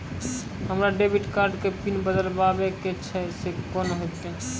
हमरा debit card के PIN बदलबावै के छैं से कौन होतै?